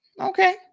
Okay